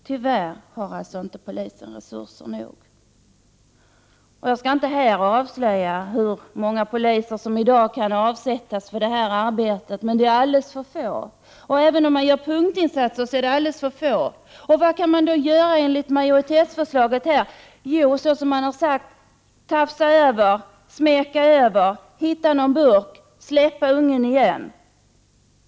Tyvärr har polisen inte tillräckliga resurser. Jag skall inte här i dag avslöja hur många poliser som kan avdelas för att arbeta med detta, men även om de som nu finns gör punktinsatser är de alldeles för få. Vad kan då göras enligt majoritetsförslaget? Jo, man kan tafsa över kläderna, hitta någon burk och sedan släppa den unge.